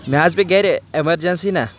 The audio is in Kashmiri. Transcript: مےٚ حظ پیٚیہِ گَرِ ایمَرجَنسی نا